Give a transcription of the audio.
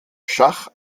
schach